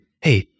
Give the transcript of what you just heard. hey